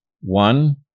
One